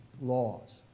laws